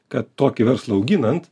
kad tokį verslą auginant